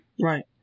Right